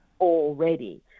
already